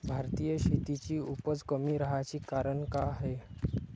भारतीय शेतीची उपज कमी राहाची कारन का हाय?